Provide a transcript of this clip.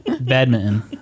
Badminton